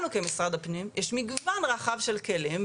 לנו כמשרד הפנים יש מגוון רחב של כלים,